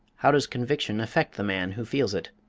how does conviction affect the man who feels it?